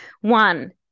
one